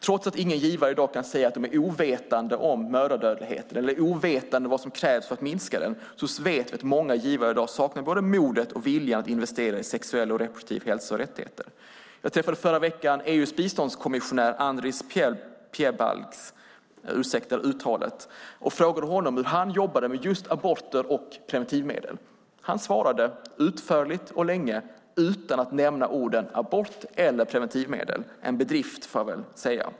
Trots att ingen givare i dag kan säga att man är ovetande om mödradödligheten eller om vad som krävs för att minska den vet vi att många givare saknar både modet och viljan att investera i sexuell och reproduktiv hälsa och rättigheter. Jag träffade i förra veckan EU:s biståndskommissionär Andris Piebalgs och frågade honom hur han jobbade med just aborter och preventivmedel. Han svarade utförligt och länge utan att nämna orden "abort" eller "preventivmedel" - en bedrift, får jag väl säga.